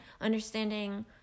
understanding